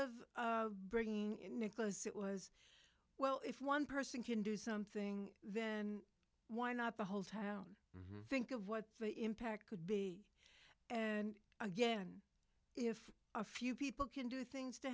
of bringing in new clothes it was well if one person can do something then why not the whole time i think of what the impact could be and again if a few people can do things to